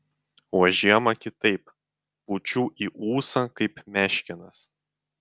o žiemą kitaip pučiu į ūsą kaip meškinas